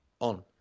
on